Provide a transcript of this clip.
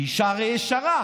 היא הרי אישה ישרה.